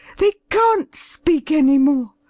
they can't speak any more.